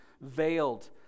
veiled